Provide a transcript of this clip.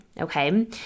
okay